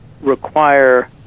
require